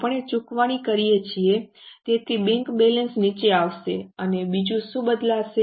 આપણે ચૂકવણી કરીએ છીએ તેથી બેંક બેલેન્સ નીચે આવશે અને બીજું શું બદલાશે